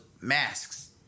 masks